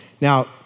Now